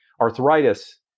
arthritis